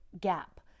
gap